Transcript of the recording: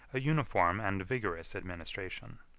a uniform and vigorous administration.